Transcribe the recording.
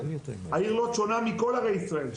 העיר לוד שונה מכל ערי ישראל,